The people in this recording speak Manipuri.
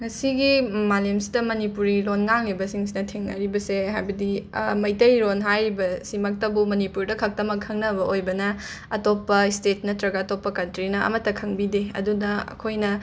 ꯉꯁꯤꯒꯤ ꯃꯥꯂꯦꯝꯁꯤꯗ ꯃꯅꯤꯄꯨꯔꯤ ꯂꯣꯟ ꯉꯥꯡꯂꯤꯕꯁꯤꯡꯁꯤꯅ ꯊꯦꯡꯅꯔꯤꯕꯁꯦ ꯍꯥꯏꯕꯗꯤ ꯃꯩꯇꯩꯔꯣꯟ ꯍꯥꯏꯔꯤꯕꯁꯤꯃꯛꯇꯕꯨ ꯃꯅꯤꯄꯨꯔꯗ ꯈꯛꯇꯃꯛ ꯈꯪꯅꯕ ꯑꯣꯏꯕꯅ ꯑꯇꯣꯞꯄ ꯁ꯭ꯇꯦꯠ ꯅꯠꯇ꯭ꯔꯒ ꯑꯇꯣꯞꯄ ꯀꯟꯇ꯭ꯔꯤꯅ ꯑꯃꯠꯇ ꯈꯪꯕꯤꯗꯦ ꯑꯗꯨꯅ ꯑꯩꯈꯣꯏꯅ